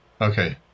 Okay